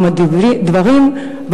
כמה דברים,